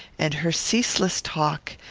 and her ceaseless talk,